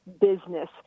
business